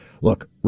Look